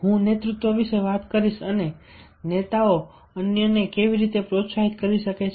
હું નેતૃત્વ વિશે વાત કરીશ અને નેતાઓ અન્યને કેવી રીતે પ્રોત્સાહિત કરી શકે છે